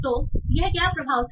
तो यह क्या प्रभाव था